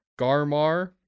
Garmar